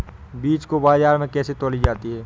बीज को बाजार में कैसे तौली जाती है?